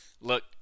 Look